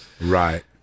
Right